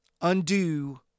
undo